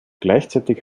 gleichzeitig